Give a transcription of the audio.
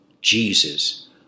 Jesus